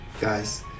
guys